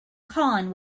colin